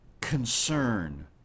concern